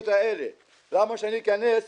למה שאני אכנס סכינים?